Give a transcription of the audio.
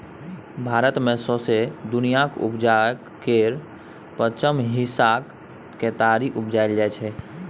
भारत मे सौंसे दुनियाँक उपजाक केर पाँचम हिस्साक केतारी उपजाएल जाइ छै